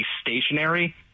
stationary